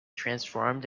transformed